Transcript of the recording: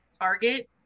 target